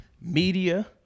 media